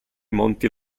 monti